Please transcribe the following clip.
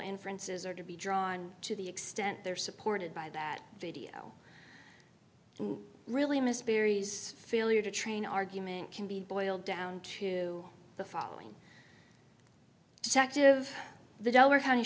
inferences are to be drawn to the extent they're supported by that video and really miss barry's failure to train argument can be boiled down to the following detective the delaware county